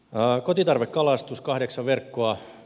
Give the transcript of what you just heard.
kotitarvekalastus kahdeksan verkkoa